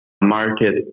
market